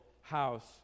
house